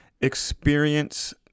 experience